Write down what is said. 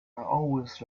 always